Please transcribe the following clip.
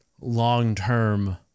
long-term